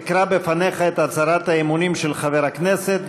אקרא בפניך את הצהרת האמונים של חבר הכנסת,